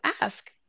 ask